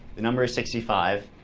the number is sixty five.